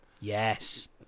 Yes